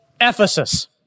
Ephesus